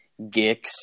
Gix